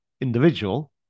individual